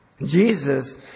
Jesus